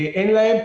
אין להם.